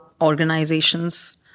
organizations